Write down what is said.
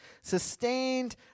sustained